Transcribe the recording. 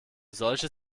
solche